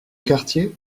quartier